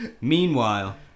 Meanwhile